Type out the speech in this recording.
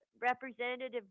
Representative